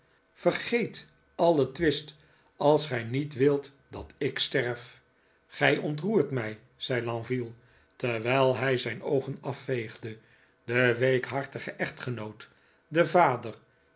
vergeet alien twist als gij niet wilt dat ik sterf gij ontroert mij zei lenville terwijl hij zijn oogen afveegde de weekhartige echtgenoot de vader